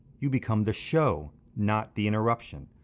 you become the show, not the interruption.